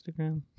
Instagram